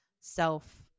self